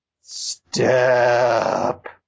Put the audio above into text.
Step